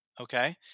Okay